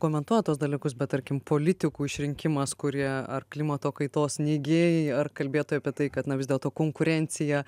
komentuoja tuos dalykus bet tarkim politikų išrinkimas kurie ar klimato kaitos neigėjai ar kalbėtų apie tai kad na vis dėlto konkurencija